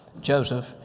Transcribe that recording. Joseph